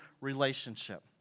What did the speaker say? relationship